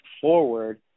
forward